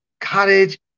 cottage